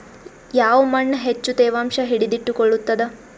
ಯಾವ್ ಮಣ್ ಹೆಚ್ಚು ತೇವಾಂಶ ಹಿಡಿದಿಟ್ಟುಕೊಳ್ಳುತ್ತದ?